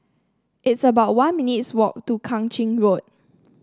it's about one minutes' walk to Kang Ching Road